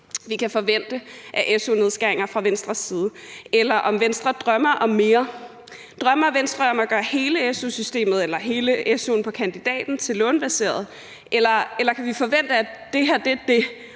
vi kan forvente fra Venstres side, eller om Venstre drømmer om mere. Drømmer Venstre om at gøre hele su'en på kandidaten til lånebaseret, eller kan vi forvente, at det er det,